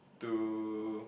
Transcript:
to